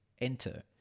enter